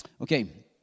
Okay